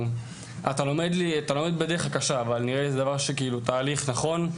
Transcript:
אתה לומד בדרך הקשה, אבל זה התהליך הנכון.